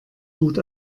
gut